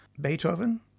Beethoven